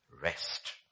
rest